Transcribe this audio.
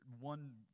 one